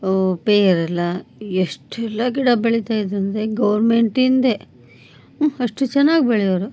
ಅವು ಪೇರಲ ಎಷ್ಟೆಲ್ಲ ಗಿಡ ಬೆಳಿತಾಯಿದ್ದರಂದ್ರೆ ಗೌರ್ಮೆಂಟಿಂದ ಅಷ್ಟು ಚೆನ್ನಾಗಿ ಬೆಳೆಯೋರು